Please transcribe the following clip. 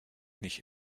nicht